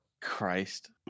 Christ